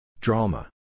Drama